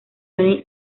johnny